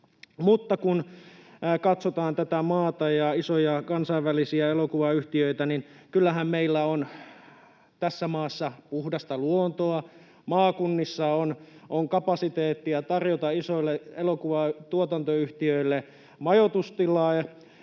mutta kun katsotaan tätä maata ja isoja kansainvälisiä elokuvayhtiöitä, niin kyllähän meillä on tässä maassa puhdasta luontoa, maakunnissa on kapasiteettia tarjota isoille elokuvatuotantoyhtiöille majoitustilaa